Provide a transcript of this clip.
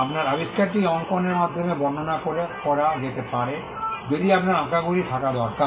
আপনার আবিষ্কারটি অঙ্কনের মাধ্যমে বর্ণনা করা যেতে পারে যদি আপনার আঁকাগুলি থাকা দরকার